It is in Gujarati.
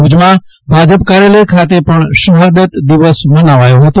ભુજમાં ભાજપ કાર્યલય ખાતે પણ શહાદત દિવસ મનાવવાયો હતો